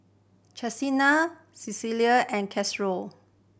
Chestina Cecil and